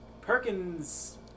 Perkins